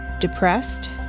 depressed